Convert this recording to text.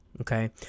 okay